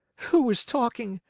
who is talking?